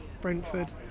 Brentford